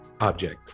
object